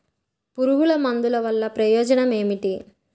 పురుగుల మందుల వల్ల ప్రయోజనం ఏమిటీ?